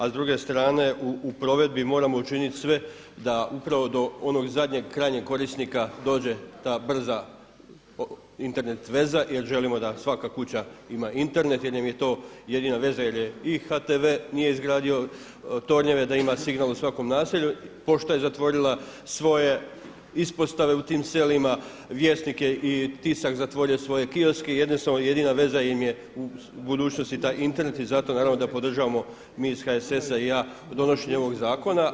A s druge strana u provedbi moramo učiniti sve da upravo do onog zadnjeg krajnjeg korisnika dođe ta brza Internet veza jer želimo da svaka kuća ima Internet jer nam je to jedina veza je i HTV nije izgradio tornjeve da ima signal u svakom naselju, pošta je zatvorila svoje ispostave u tim selima, Vjesnik i Tisak su zatvorili svoje kioske jedina veza im je u budućnosti taj Internet i zato naravno da podržavamo mi iz HSS-a i ja donošenje ovog zakona.